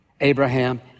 Abraham